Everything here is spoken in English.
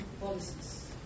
policies